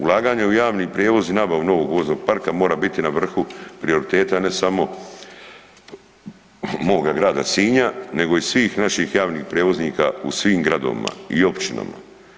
Ulaganja u javni prijevoz i nabavu novog voznog parka mora biti na vrhu prioriteta ne samo moga grada Sinja, nego i svih naših javnih prijevoznika u svim gradovima i općinama.